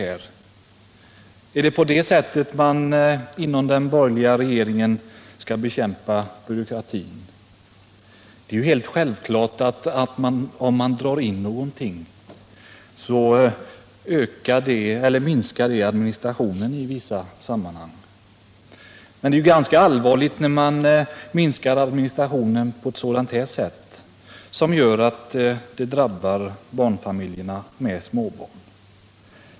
Är det på det sättet man inom den borgerliga regeringen skall bekämpa byråkratin? Det är ju helt självklart att man om man drar in någonting minskar administrationen i vissa sammanhang. Men det är ganska allvarligt när man minskar administrationen på ett sådant här sätt, som gör att det drabbar familjer med små barn.